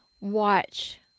watch